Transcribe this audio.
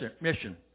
mission